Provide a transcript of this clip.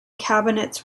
cabinets